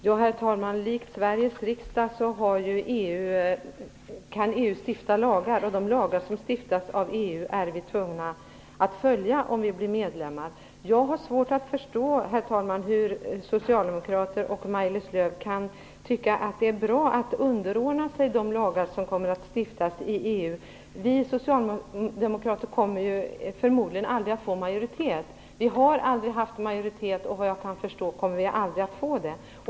Herr talman! Likt Sveriges riksdag kan EU stifta lagar. De lagar som stiftas av EU är vi tvungna att följa om vi blir medlemmar. Jag har svårt att förstå hur socialdemokrater inklusive Maj-Lis Lööw kan tycka att det är bra att underordna sig de lagar som kommer att stiftas i EU. Vi socialdemokrater har aldrig haft majoritet, och såvitt jag kan förstå kommer vi aldrig att få det.